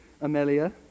Amelia